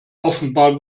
offenbar